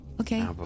Okay